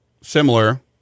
similar